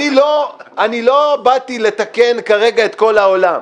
אני לא באתי לתקן כרגע את כל העולם.